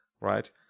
right